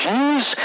Jews